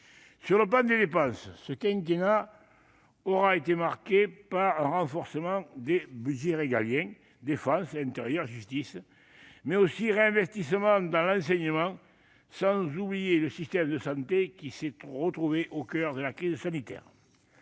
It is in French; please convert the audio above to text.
Sur le plan des dépenses, ce quinquennat aura été marqué par le renforcement des budgets régaliens, défense, intérieur, justice, mais aussi par un réinvestissement dans l'enseignement, sans oublier le système de santé, qui s'est retrouvé au coeur de la crise sanitaire.